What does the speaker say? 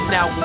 Now